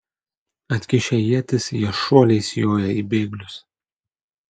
atkišę ietis jie šuoliais jojo į bėglius